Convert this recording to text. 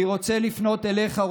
אני רוצה לפנות אליך,